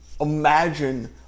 imagine